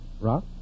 Rock